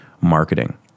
marketing